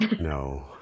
No